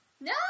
No